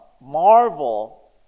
marvel